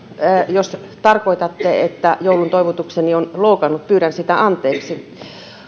jos tarkoitatte että jouluntoivotukseni on loukannut pyydän sitä anteeksi